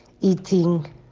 eating